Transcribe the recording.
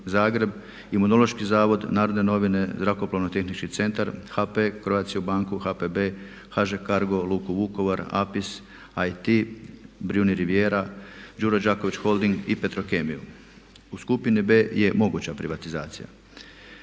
Zagreb, Imunološki zavod, Narodne novine, Zrakoplovno tehnički centar, HP, Croatia banku, HPB, HŽ Cargo, luku Vukovar, APIS, IT, Briuni riviera, Đuro Đaković holding i Petrokemiju. U skupini B je moguća privatizacija,